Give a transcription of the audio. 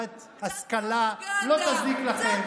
קוראים לזה שרת הפרופגנדה.